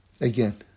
Again